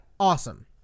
awesome